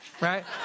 right